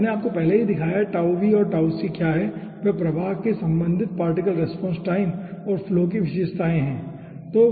तो मैंने आपको पहले ही दिखाया है कि और क्या है वे प्रवाह के संबंधित पार्टिकल रेस्पॉन्स टाइम और फ्लो की समय विशेषताएं हैं ठीक है